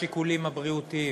השיקולים הבריאותיים